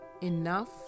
enough